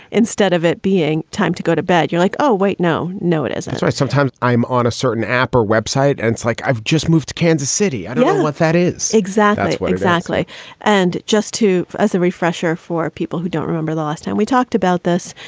instead of it being time to go to bed, you're like, oh, wait, no, no, it isn't so i sometimes i'm on a certain app or website and it's like i've just moved to kansas city. i don't know what that is. exactly. exactly and just to. as a refresher for people who don't remember, last time we talked about this.